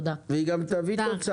היא גם תביא תוצאה.